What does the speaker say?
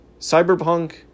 Cyberpunk